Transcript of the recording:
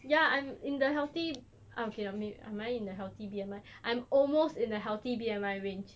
ya I'm in the healthy okay I mean am I in the healthy B_M_I I'm almost in a healthy B_M_I range